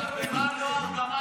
במה חטאה נועה ארגמני?